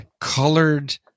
colored